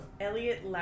Elliot